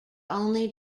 only